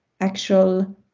actual